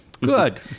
Good